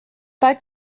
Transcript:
pas